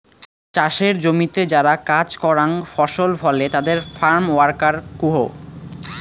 চাসের জমিতে যারা কাজ করাং ফসল ফলে তাদের ফার্ম ওয়ার্কার কুহ